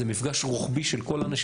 זה מפגש רוחבי של כל האנשים,